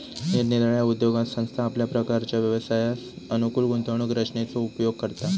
निरनिराळ्या उद्योगात संस्था आपल्या प्रकारच्या व्यवसायास अनुकूल गुंतवणूक रचनेचो उपयोग करता